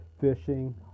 fishing